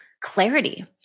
clarity